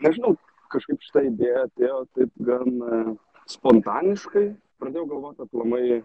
nežinau kažkaip šita idėja atėjo taip gan spontaniškai pradėjau galvot aplamai